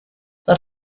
that